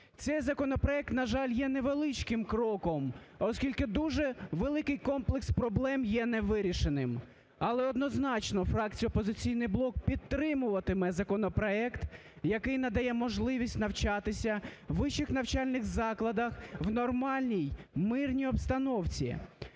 Цей законопроект, на жаль, є невеличким кроком, оскільки дуже великий комплекс проблем є не вирішеним. Але однозначно фракція "Опозиційний блок" підтримуватиме законопроект, який надає можливість навчатися у вищих навчальних закладах в нормальній, мирній обстановці.